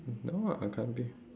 no I can't eh